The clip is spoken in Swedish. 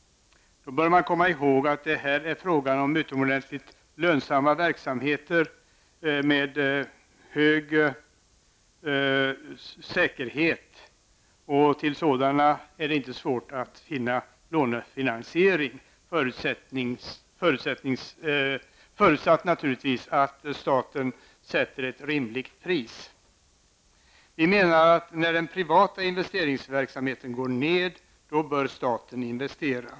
Då bör man komma ihåg att det här är frågan om ytterligt lönsamma verksamheter med hög säkerhet, och till sådana är det inte svårt att finna lånefinansiering, förutsatt naturligtvis att staten sätter ett rimligt pris. Vi menar att staten bör investera när den privata investeringsverksamheten går ned.